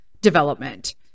development